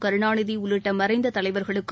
கருணாநிதி உள்ளிட்ட மறைந்த தலைவர்களுக்கும்